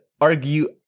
argue